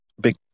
big